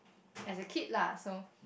as a kid lah so